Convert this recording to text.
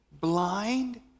blind